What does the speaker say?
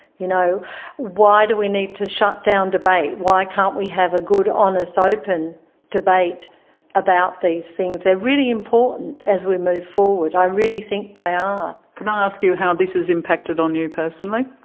you know why do we need to shut down debate? why can't we have a good, honest, open debate about these things? they're really important as we move forward i really think they ah and ask you how this has impacted on you personally?